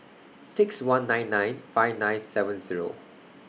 six one nine nine five nine seven Zero